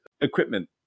equipment